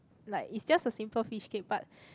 like it's just a simple fishcake but